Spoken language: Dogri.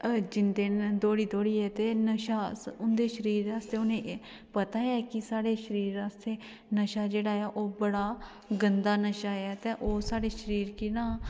जंदे न दौड़ी दौड़ियै ते नशा उं'दे शरीर आस्तै उ'नें पता ऐ कि साढ़े शरीर आस्तै नशा जेह्ड़ा ऐ ओह् बडा गंदा नशा ऐ ते ओह् साढ़े शरीर गी ना